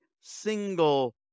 single